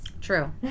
True